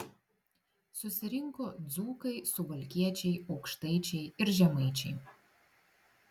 susirinko dzūkai suvalkiečiai aukštaičiai ir žemaičiai